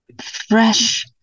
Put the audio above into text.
fresh